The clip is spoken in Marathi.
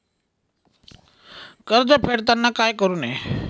कर्ज फेडताना काय करु नये?